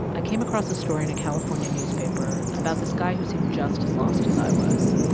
i came across a story in a california newspaper about this guy who seemed just as lost as i was.